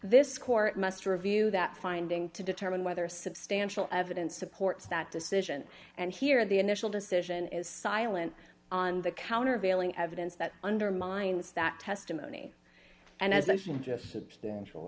this court must review that finding to determine whether substantial evidence supports that decision and here the initial decision is silent on the countervailing evidence that undermines that testimony and as mentioned just substantial